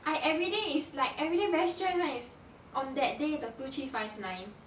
I everyday is like everyday very stress on that day the two three five nine